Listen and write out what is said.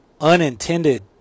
unintended